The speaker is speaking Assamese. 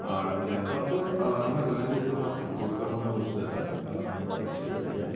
আৰু লেপটপটো মানুহৰ দৈনন্দিন জীৱনৰ খুব গুৰুত্বপূৰ্ণ বস্তু এটা লেপটপটো গতিকে